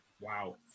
wow